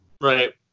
Right